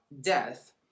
death